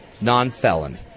non-felon